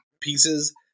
pieces